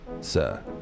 sir